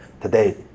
today